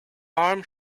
arm